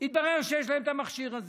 התברר שיש לה את המכשיר הזה.